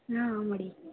ஆ ஆமாடி